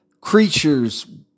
creatures